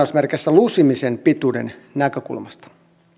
lusimisen pituuden näkökulmasta